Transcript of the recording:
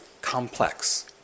complex